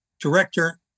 director